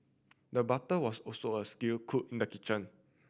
the butter was also a skilled cook in the kitchen